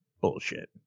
Bullshit